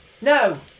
No